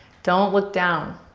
don't look down.